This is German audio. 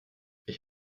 ich